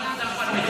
למה אתה מפריע ליוסי?